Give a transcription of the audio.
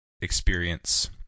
experience